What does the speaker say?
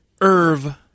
Irv